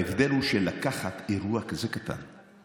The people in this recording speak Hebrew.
ההבדל הוא שלקחת אירוע כזה קטן,